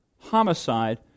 homicide